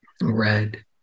red